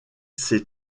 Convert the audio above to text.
ses